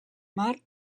mar